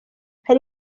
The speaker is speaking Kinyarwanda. hari